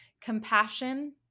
Compassion